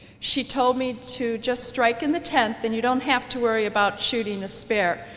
she told me to just strike in the tenth and you don't have to worry about shooting a spare.